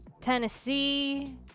Tennessee